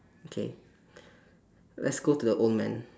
okay let's go to the old man